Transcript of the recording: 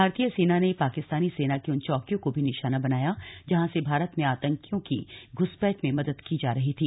भारतीय सेना ने पाकिस्तानी सेना की उन चौकियों को भी निशाना बनाया जहां से भारत में आतंकियों की घुसपैठ में मदद दी जा रही थी